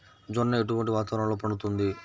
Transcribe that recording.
జొన్న ఎటువంటి వాతావరణంలో పండుతుంది?